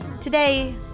Today